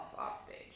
offstage